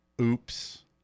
oops